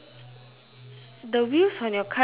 the wheels on your car is black right